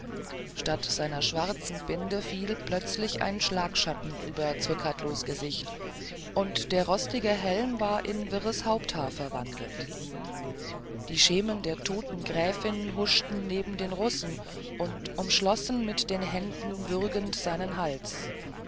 statt seiner schwarzen binde fiel plötzlich ein schlagschatten über zrcadlos gesicht und der rostige helm war in wirres haupthaar verwandelt die schemen der toten gräfin huschte neben den russen und umschloß mit den händen würgend seinen hals